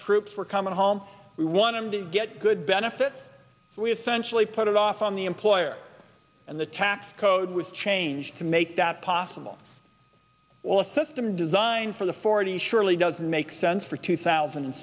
troops were coming home we want them to get good benefits we have sensually put it off on the employer and the tax code was changed to make that possible well a system designed for the forty surely doesn't make sense for two thousand and